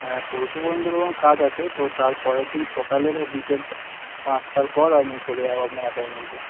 হ্যাঁ পরশু পর্যন্ত ধরুন কাজ আছে তো তার পরের দিন সকালে বা বিকেল পাঁচটার পর আমি চলে যাব আপনার অ্যাপার্টমেন্টে